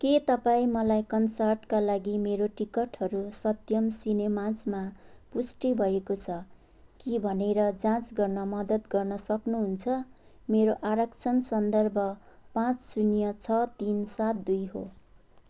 के तपाईँ मलाई कन्सर्टका लागि मेरो टिकटहरू सत्यम सिनेमाजमा पुष्टि भएको छ कि भनेर जाँच गर्न मद्दत गर्न सक्नुहुन्छ मेरो आरक्षण सन्दर्भ पाँच शून्य छ तिन सात दुई हो